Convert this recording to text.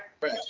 Right